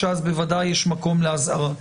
שאז בוודאי יש מקום לאזהרה.